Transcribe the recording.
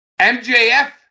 MJF